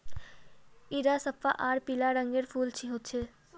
इरा सफ्फा आर पीला रंगेर फूल होचे